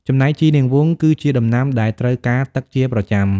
ចំណែកជីរនាងវង គឺជាដំណាំដែលត្រូវការទឹកជាប្រចាំ។